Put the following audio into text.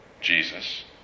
Jesus